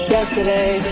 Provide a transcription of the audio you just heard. Yesterday